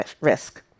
risk